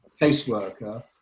caseworker